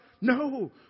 No